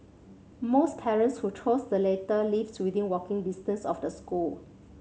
most parents who chose the latter lived within walking distance of the school